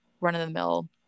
run-of-the-mill